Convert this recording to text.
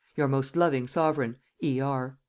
your most loving sovereign e. r.